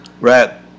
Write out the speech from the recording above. Right